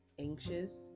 anxious